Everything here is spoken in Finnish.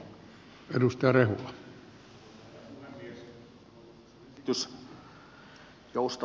arvoisa herra puhemies